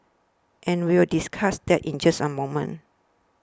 and we will discuss that in just an moment